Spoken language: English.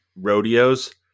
Rodeos